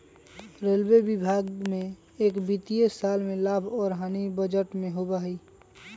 railway विभाग में एक वित्तीय साल में लाभ और हानि बजट में होबा हई